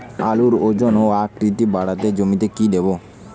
আলুর ওজন ও আকৃতি বাড়াতে জমিতে কি দেবো?